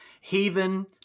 heathen